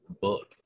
book